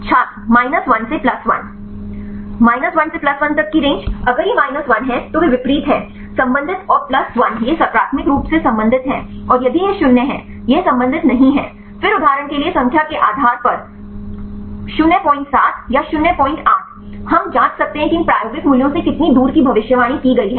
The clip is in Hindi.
छात्र माइनस 1 से प्लस 1 माइनस 1 से प्लस 1 तक की रेंज अगर यह माइनस 1 है तो वे विपरीत हैं संबंधित और प्लस 1 यह सकारात्मक रूप से संबंधित है और यदि यह 0 है यह संबंधित नहीं है फिर उदाहरण के लिए संख्या के आधार पर 07 या 08 हम जांच सकते हैं कि इन प्रायोगिक मूल्यों से कितनी दूर की भविष्यवाणी की गई है